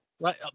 Right